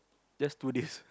just two days